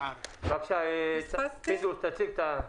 חבר הכנסת פינדרוס, תציג את הרביזיה.